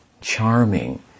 charming